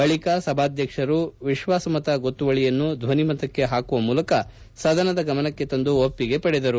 ಬಳಿಕ ಸಭಾಧ್ಯಕ್ಷರು ವಿಶ್ವಾಸಮತ ಗೊತ್ತುವಳಿಯನ್ನು ಧ್ವನಿಮತಕ್ಕೆ ಪಾಕುವ ಮೂಲಕ ಸದನದ ಗಮನಕ್ಕೆ ತಂದು ಒಪ್ಪಿಗೆ ಪಡೆದರು